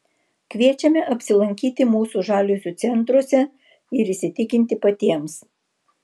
kviečiame apsilankyti mūsų žaliuzių centruose ir įsitikinti patiems